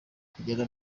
kugenda